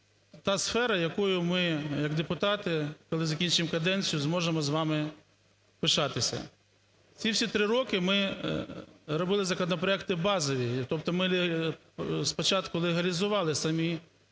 та сфера, якою ми як депутати, коли закінчимо каденцію, зможемо з вами пишатися. Ці всі 3 роки ми робили законопроекти базові, тобто ми спочатку легалізували самі